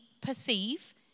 perceive